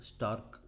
Stark